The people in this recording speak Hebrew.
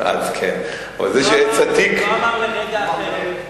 הוא לא אמר לרגע אחרת.